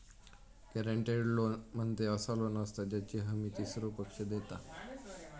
guaranteed loan म्हणजे असा loan असता ज्याची हमी तीसरो पक्ष देता